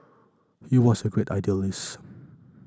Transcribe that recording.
he was a great idealist